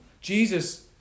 Jesus